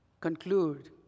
conclude